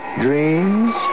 dreams